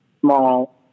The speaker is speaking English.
small